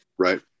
Right